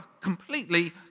completely